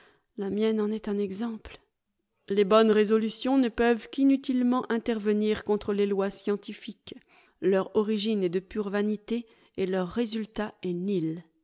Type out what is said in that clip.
la mienne en est un exemple les bonnes résolutions ne peuvent qu'inutile ment intervenir contre les lois scientifiques leur origine est de pure vanité et leur résultat est nil